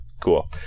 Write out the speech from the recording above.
cool